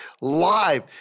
live